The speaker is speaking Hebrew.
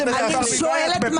שואלת,